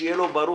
שיהיה לו ברור,